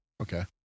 Okay